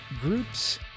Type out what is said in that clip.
groups